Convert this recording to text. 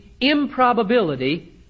improbability